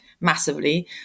massively